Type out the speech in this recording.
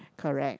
correct